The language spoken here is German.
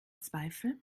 zweifel